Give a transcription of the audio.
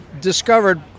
discovered